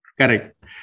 Correct